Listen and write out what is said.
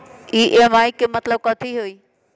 EMI के मतलब कथी होई?